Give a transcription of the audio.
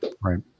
right